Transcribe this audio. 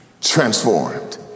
Transformed